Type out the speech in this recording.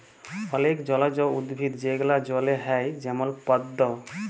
অলেক জলজ উদ্ভিদ যেগলা জলে হ্যয় যেমল পদ্দ